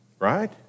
right